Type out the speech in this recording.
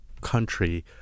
country